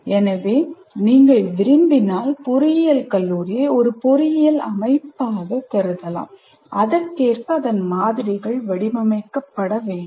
எனவே நீங்கள் விரும்பினால் பொறியியல் கல்லூரியை ஒரு பொறியியல் அமைப்பாகக் கருதலாம் அதற்கேற்ப அதன் மாதிரிகள் வடிவமைக்கப்பட வேண்டும்